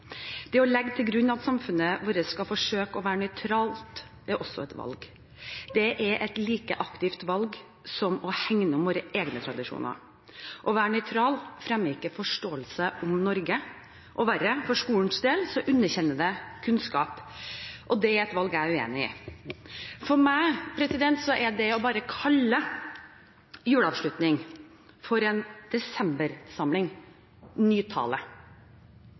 Det å legge til grunn at samfunnet vårt skal forsøke å være nøytralt, er også et valg. Det er et like aktivt valg som å hegne om våre egne tradisjoner. Å være nøytral fremmer ikke forståelse om Norge, og verre er det – for skolens del – at det underkjenner kunnskap. Og det er et valg jeg er uenig i. For meg er bare det å kalle juleavslutningen for